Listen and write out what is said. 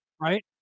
Right